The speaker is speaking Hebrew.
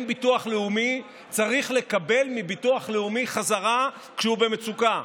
ביטוח לאומי צריך לקבל מביטוח לאומי בחזרה כשהוא במצוקה,